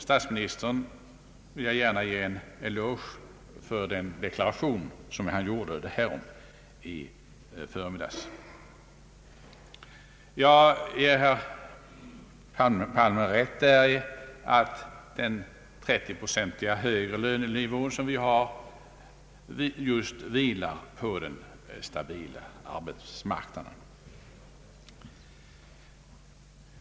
Statsministern vill jag gärna ge en eloge för den deklaration som han gjorde härom i förmiddags. Jag ger herr Palme rätt i att den 30-procentiga högre lönenivån som vi nu har vilar just på den stabila arbetsmarknaden.